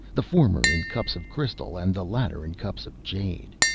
the former in cups of crystal, and the latter in cups of jade.